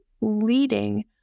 leading